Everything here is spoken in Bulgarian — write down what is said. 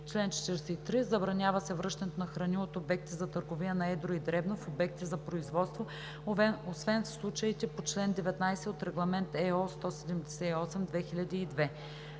„Чл. 43. Забранява се връщането на храни от обекти за търговия на едро и дребно в обекти за производство, освен в случаите по чл. 19 от Регламент (ЕО) № 178/2002.“